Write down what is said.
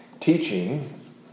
teaching